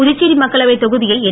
புதுச்சேரி மக்களவைத் தொகுதியை என்